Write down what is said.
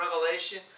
revelation